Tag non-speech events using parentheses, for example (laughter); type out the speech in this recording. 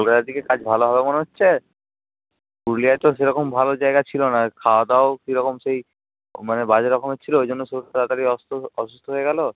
কলকাতার দিকে কাজ ভালো হবে মনে হচ্ছে পুরুলিয়ায় তো সেরকম ভালো জায়গা ছিল না আর খাওয়া দাওয়াও কী রকম সেই মানে বাজে রকমের ছিল ওই জন্য শরীর (unintelligible) তাড়াতাড়ি অসুস্থ হয়ে গেল